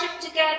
together